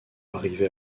arriver